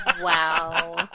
Wow